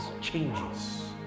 changes